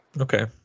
okay